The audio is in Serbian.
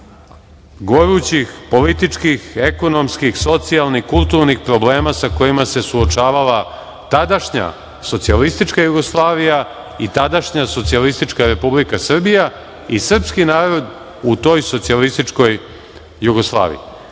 gorućih političkih, ekonomskih, socijalnih, kulturnih problema sa kojima se suočavala tadašnja socijalistička Jugoslavija i tadašnja Socijalistička Republika Srbija i srpski narod u toj Socijalističkoj Jugoslaviji. Tako